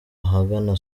ahagana